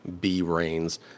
B-Rains